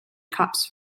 cups